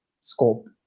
scope